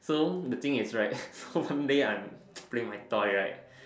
so the thing is right so one day I'm playing my toy right